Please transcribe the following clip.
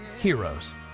Heroes